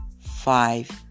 five